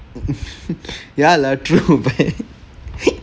ya lah true but